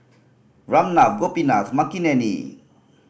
Ramnath Gopinath Makineni